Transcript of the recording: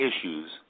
issues